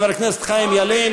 חבר הכנסת חיים ילין,